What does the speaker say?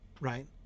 Right